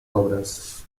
obras